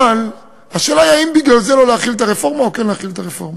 אבל השאלה היא אם בגלל זה לא להחיל את הרפורמה או כן להחיל את הרפורמה.